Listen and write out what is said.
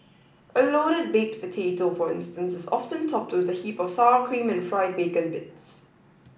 a loaded baked potato for instance is often topped with a heap of sour cream and fried bacon bits